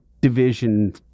division